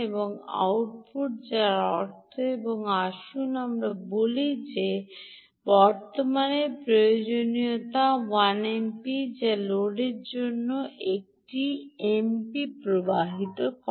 এবং আউটপুট যার অর্থ এবং আসুন আমরা বলি যে বর্তমানের প্রয়োজনীয়তা 1 এমপি যা লোডের জন্য একটি এমপি প্রবাহিত হয়